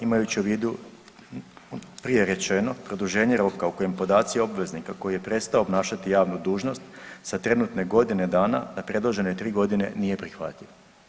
Imajući u vidu prije rečeno, produženje roka u kojem podaci obveznika koji je prestao obnašati javnu dužnost da trenutne godine dana, na predložene 3 godine nije prihvatljiv.